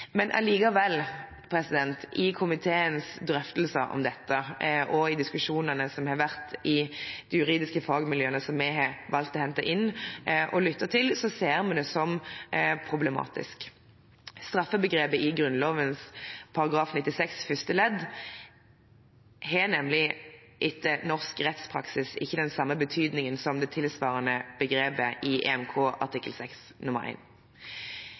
Men allikevel: I komiteens drøftelser om dette og i diskusjonene som har vært i de juridiske fagmiljøene som vi har valgt å hente inn og lytte til, ser en det som problematisk. Straffebegrepet i Grunnloven § 96 første ledd har nemlig etter norsk rettspraksis ikke den samme betydningen som det tilsvarende begrepet i EMK artikkel